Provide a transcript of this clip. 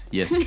yes